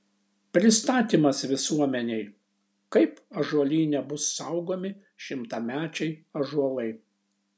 pristatymas visuomenei kaip ąžuolyne bus saugomi šimtamečiai ąžuolai